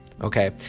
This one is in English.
Okay